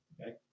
Okay